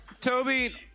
Toby